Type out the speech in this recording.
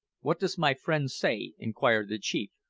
what does my friend say? inquired the chief,